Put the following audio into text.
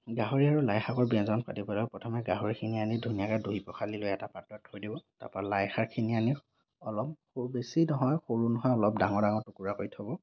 গাহৰি আৰু লাই শাকৰ ব্য়ঞ্জন ৰান্ধিবলৈ প্ৰথমে গাহৰিখিনি আনি ধুনীয়াকৈ ধুই পখালি লৈ এটা পাত্ৰত থৈ দিব তাৰ পৰা লাই শাকখিনি আনি অলপ বৰ বেছি নহয় সৰু নহয় অলপ ডাঙৰ ডাঙৰ টুকুৰা কৰি থ'ব